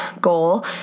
goal